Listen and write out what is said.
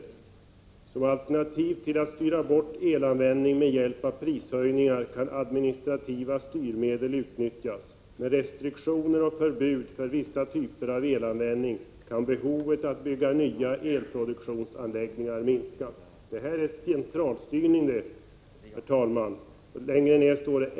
På s. 60 står: ”Som alternativ till att styra bort elanvändning med hjälp av prishöjningar kan administrativa styrmedel utnyttjas. Med restriktioner och förbud för vissa typer av elanvändning kan behovet att bygga nya elproduktionsanläggningar minskas.